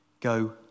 Go